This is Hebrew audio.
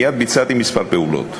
מייד ביצעתי כמה פעולות: